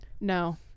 No